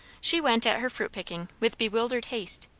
she went at her fruit-picking with bewildered haste.